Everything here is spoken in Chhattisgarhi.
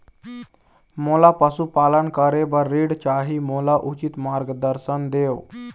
मोला पशुपालन करे बर ऋण चाही, मोला उचित मार्गदर्शन देव?